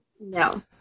No